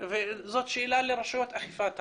וזו שאלה לרשויות אכיפת החוק.